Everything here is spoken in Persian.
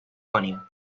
کنیم